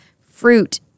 fruit